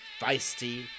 feisty